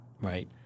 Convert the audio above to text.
right